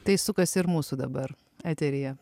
tai sukasi ir mūsų dabar eteryje